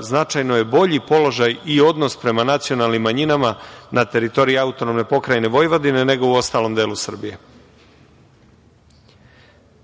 značajno je bolji položaj i odnos prema nacionalnim manjinama na teritoriji AP Vojvodine nego u ostalom delu Srbije.